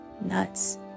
nuts